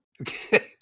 okay